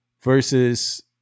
versus